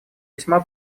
весьма